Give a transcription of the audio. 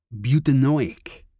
butanoic